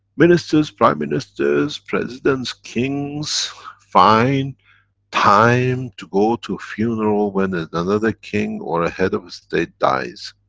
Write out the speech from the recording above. ministers, prime ministers, presidents, kings find time to go to a funeral when and another king or a head of a state dies.